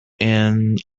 end